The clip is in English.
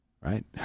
right